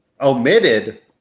omitted